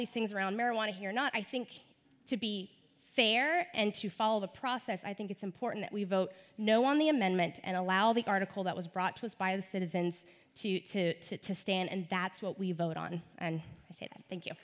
these things around marijuana here or not i think to be fair and to follow the process i think it's important that we vote no on the amendment and allow the article that was brought to us by the citizens to to to to stand and that's what we vote on thank you thi